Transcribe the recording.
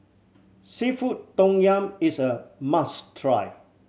seafood tom yum is a must try